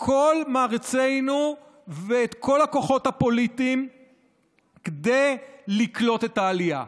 כל מאמצינו ואת כל הכוחות הפוליטיים כדי לקלוט את העלייה.